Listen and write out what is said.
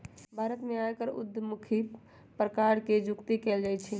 भारत में आयकर उद्धमुखी प्रकार से जुकती कयल जाइ छइ